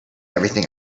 everything